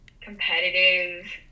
competitive